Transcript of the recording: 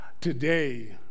Today